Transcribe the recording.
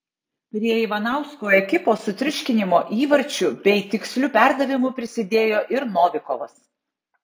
prie ivanausko ekipos sutriuškinimo įvarčiu bei tiksliu perdavimu prisidėjo ir novikovas